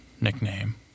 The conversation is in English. nickname